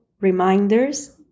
reminders